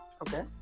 Okay